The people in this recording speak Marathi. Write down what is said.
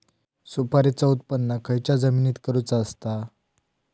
सुपारीचा उत्त्पन खयच्या जमिनीत करूचा असता?